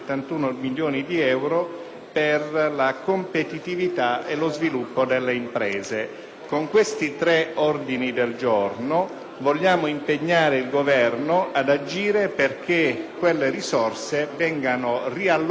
intende impegnare il Governo ad agire perché quelle risorse vengano riallocate per missioni ed obiettivi che ci paiono particolarmente importanti soprattutto in questa fase.